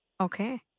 Okay